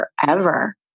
forever